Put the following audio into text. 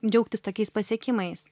džiaugtis tokiais pasiekimais